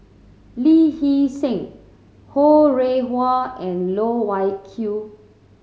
Lee Hee Seng Ho Rih Hwa and Loh Wai Kiew